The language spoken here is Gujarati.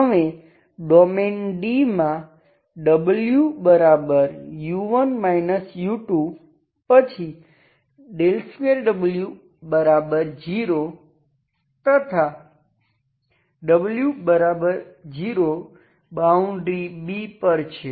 હવે ડોમેઈન D માં wu1 u2 પછી 2w0 તથા w0 બાઉન્ડ્રી B પર છે